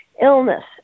illness